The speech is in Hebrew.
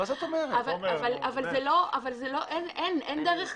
אבל אין דרך כזו,